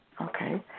Okay